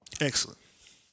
Excellent